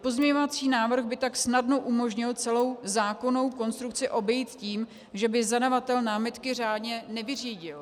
Pozměňovací návrh by tak snadno umožnil celou zákonnou konstrukci obejít tím, že by zadavatel námitky řádně nevyřídil.